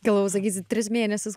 galvojau pasakysi tris mėnesius